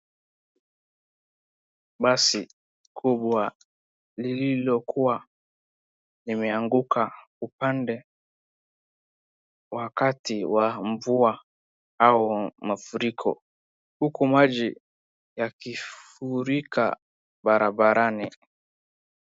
Basi kubwa lililokuwa limeanguka upande wakati wa mvua au mafuriko, huku maji yakifurika barabarani.